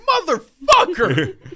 motherfucker